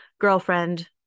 girlfriend